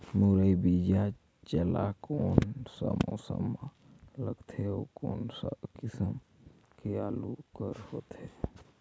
मुरई बीजा वाला कोन सा मौसम म लगथे अउ कोन सा किसम के आलू हर होथे?